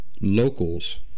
locals